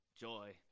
joy